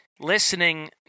listening